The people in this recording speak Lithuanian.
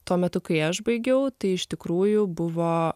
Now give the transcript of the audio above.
tuo metu kai aš baigiau tai iš tikrųjų buvo